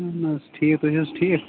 اَہَن حظ ٹھیٖک تُہۍ چھِو حظ ٹھیٖک